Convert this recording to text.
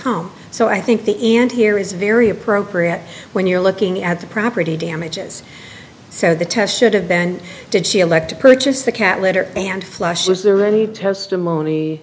home so i think the end here is very appropriate when you're looking at the property damages so the test should have been did she elect to purchase the cat litter and flush was there any testimony